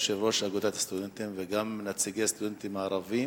יושב-ראש אגודת הסטודנטים וגם נציגי הסטודנטים הערבים.